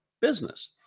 business